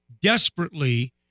desperately